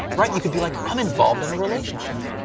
right? you can be like, i'm involved in a relationship.